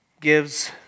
gives